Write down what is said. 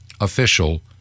official